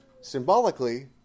symbolically